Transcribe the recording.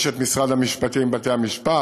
יש את משרד המשפטים, בתי המשפט.